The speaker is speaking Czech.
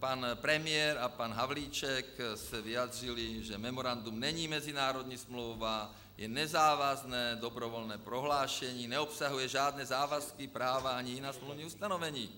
pan premiér a pan Havlíček se vyjádřili, že memorandum není mezinárodní smlouva, je nezávazné, dobrovolné prohlášení, neobsahuje žádné závazky, práva ani jiná smluvní ustanovení.